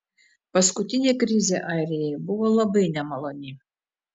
paskutinė krizė airijai buvo labai nemaloni